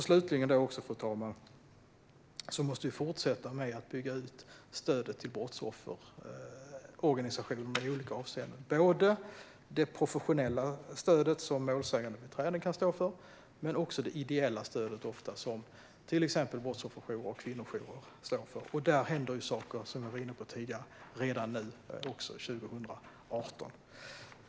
Slutligen, fru talman, måste vi fortsätta bygga ut stödet till brottsofferorganisationerna i olika avseenden - både det professionella stödet som målsägandebiträden kan stå för och det ideella stödet som till exempel brottsofferjourer och kvinnojourer står för. Där händer det saker redan nu, som jag var inne på tidigare, och även 2018.